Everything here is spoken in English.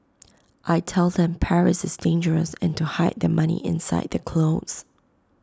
I tell them Paris is dangerous and to hide their money inside clothes